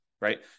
Right